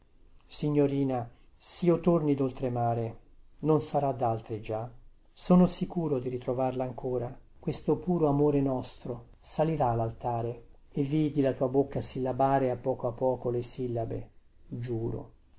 signorina sio torni doltremare non sarà daltri già sono sicuro di ritrovarla ancora questo puro amore nostro salirà laltare e vidi la tua bocca sillabare a poco a poco le sillabe giuro